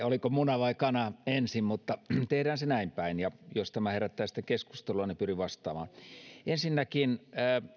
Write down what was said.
oliko muna vai kana ensin mutta tehdään se näin päin ja jos tämä herättää sitten keskustelua niin pyrin vastaamaan ensinnäkin